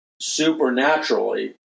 supernaturally